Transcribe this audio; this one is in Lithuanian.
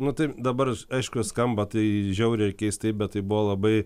nu tai dabar aišku skamba tai žiauriai keistai bet tai buvo labai